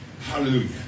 Hallelujah